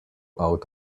out